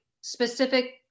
specific